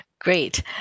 great